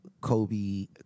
Kobe